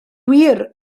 wir